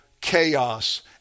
chaos